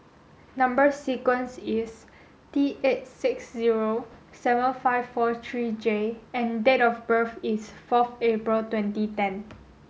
number sequence is T eight six zero seven five four three J and date of birth is forth April twenty ten